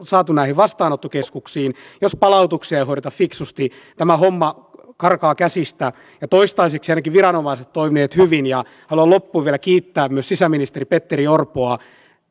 saatu näihin vastaanottokeskuksiin jos palautuksia ei hoideta fiksusti tämä homma karkaa käsistä ja toistaiseksi ainakin viranomaiset ovat toimineet hyvin haluan loppuun vielä kiittää myös sisäministeri petteri orpoa